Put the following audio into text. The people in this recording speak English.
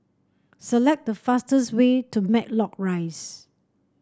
select the fastest way to Matlock Rise